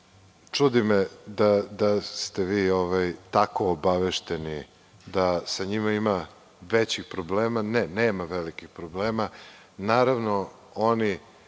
Čudi me da ste vi tako obavešteni, da sa njima ima većih problema. Ne, nema velikih problema. Naravno, oni